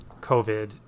covid